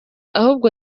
ahubwo